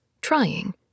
Trying